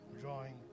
drawing